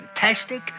Fantastic